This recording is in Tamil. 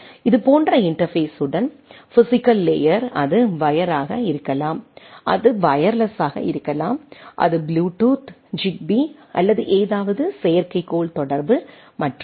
இது போன்ற இன்டர்பேஸ்ஸுடன் குறிப்பு நேரம் 2106 பிஸிக்கல் லேயர் அது வயர்யாக இருக்கலாம் அது வயர்லெஸ் ஆக இருக்கலாம் அது ப்ளூடூத் ஜிக்பீBLUETOOTH ZIGBEE குறிப்பு நேரம் 2111 அல்லது ஏதாவது செயற்கைக்கோள் தொடர்பு மற்றும் பல